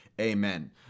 Amen